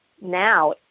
now